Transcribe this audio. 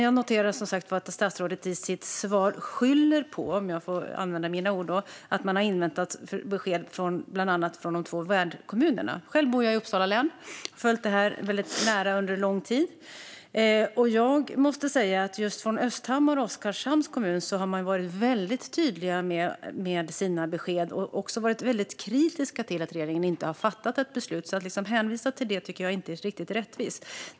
Jag noterar dock att statsrådet i sitt svar skyller på - om jag får använda mina egna ord - att man har inväntat besked från bland annat de två värdkommunerna. Jag bor själv i Uppsala län och har följt detta väldigt nära och under lång tid. Just Östhammars och Oskarshamns kommuner har varit väldigt tydliga med sina besked. De har också varit väldigt kritiska till att regeringen inte har fattat något beslut. Att hänvisa till dem tycker jag därför inte är riktigt rättvist.